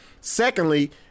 Secondly